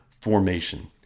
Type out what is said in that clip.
formation